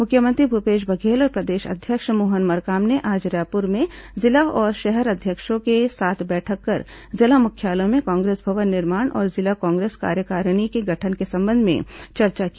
मुख्यमंत्री भूपेश बघेल और प्रदेश अध्यक्ष मोहन मरकाम ने आज रायपुर में जिला और शहर अध्यक्षों के साथ बैठक कर जिला मुख्यालयों में कांग्रेस भवन निर्माण और जिला कांग्रेस कार्यकारिणी के गठन के संबंध में चर्चा की